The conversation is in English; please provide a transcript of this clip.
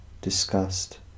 discussed